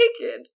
naked